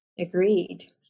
Agreed